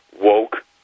woke